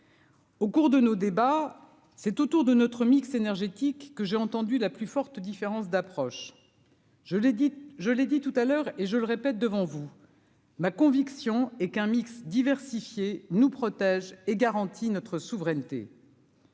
Au cours de nos débats, c'est au tour de notre mix énergétique que j'ai entendu la plus forte différence d'approche, je l'ai dit, je l'ai dit tout à l'heure et je le répète devant vous, ma conviction est qu'un mix diversifié nous protège et garantit notre souveraineté.